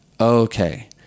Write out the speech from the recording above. Okay